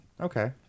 Okay